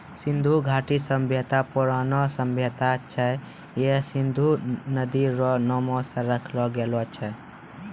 सिन्धु घाटी सभ्यता परौनो सभ्यता छै हय सिन्धु नदी रो नाम से राखलो गेलो छै